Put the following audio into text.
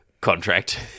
contract